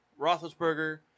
Roethlisberger